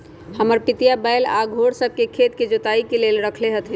हमर पितिया बैल आऽ घोड़ सभ के खेत के जोताइ के लेल रखले हथिन्ह